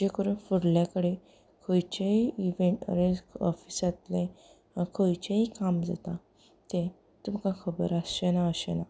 जे करून फुडल्या कडेन खंयचेंय इवेंट ऑर एल्स ऑफिसांतलें खंयचेंय काम जाता तें तुमकां खबर आसचें ना अशें ना